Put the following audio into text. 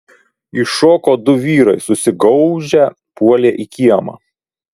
iššoko du vyrai susigaužę puolė į kiemą